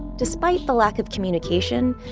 despite the lack of communication,